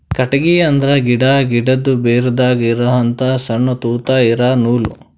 ಕಟ್ಟಿಗಿ ಅಂದ್ರ ಗಿಡಾ, ಗಿಡದು ಬೇರದಾಗ್ ಇರಹಂತ ಸಣ್ಣ್ ತೂತಾ ಇರಾ ನೂಲ್